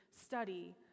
study